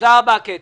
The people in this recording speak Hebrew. תודה רבה, קטי.